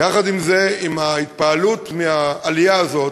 יחד עם זה, עם ההתפעלות מהעלייה הזאת